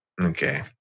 Okay